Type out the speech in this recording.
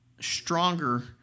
stronger